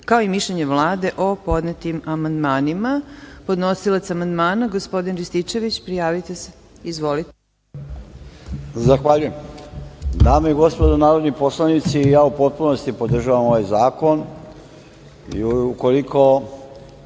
kao i mišljenje Vlade o podnetim amandmanima. Podnosilac amandmana gospodina Rističević, prijavite se. Izvolite. **Marijan Rističević** Zahvaljujem. Dame i gospodo, narodni poslanici ja i potpunosti podržavam ovaj zakon. Ukoliko